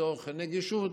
לצורך נגישות,